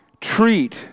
treat